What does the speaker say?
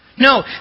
No